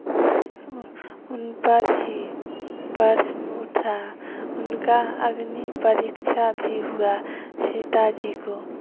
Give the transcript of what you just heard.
उनपर ही प्रश्न उठा उनका अग्निपरीक्षा भी हुआ सीता जी को